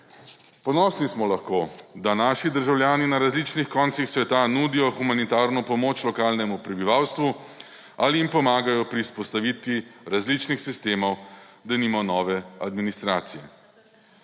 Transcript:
Ponosni smo lahko, da naši državljani na različnih koncih sveta nudijo humanitarno pomoč lokalnemu prebivalstvu ali mu pomagajo pri vzpostavitvi različnih sistemov, denimo nove administracije.